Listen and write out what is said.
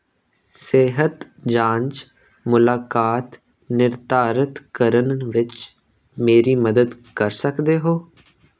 ਸਿਹਤ ਜਾਂਚ ਮੁਲਾਕਾਤ ਨਿਰਧਾਰਤ ਕਰਨ ਵਿੱਚ ਮੇਰੀ ਮਦਦ ਕਰ ਸਕਦੇ ਹੋ